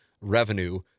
revenue